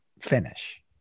finish